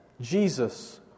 Jesus